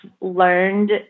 learned